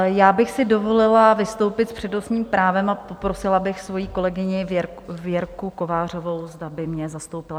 Já bych si dovolila vystoupit s přednostním právem a poprosila bych svoji kolegyni Věrku Kovářovou, zda by mě zastoupila.